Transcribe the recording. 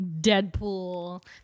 Deadpool